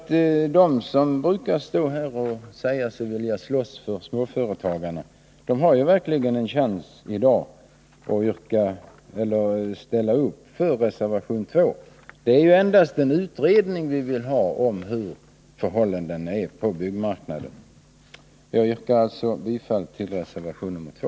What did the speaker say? De som brukar stå här och säga sig vilja slåss för småföretagarna har verkligen en chans i dag att ställa upp för reservation 2. Det är ju endast en utredning vi vill ha om hur förhållandena är på byggmarknaden. Jag yrkar alltså bifall till reservation nr 2.